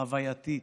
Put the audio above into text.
חווייתית,